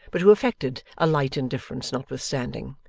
but who affected a light indifference notwithstanding.